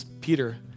Peter